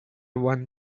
one